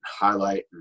highlight